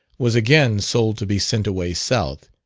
was again sold to be sent away south,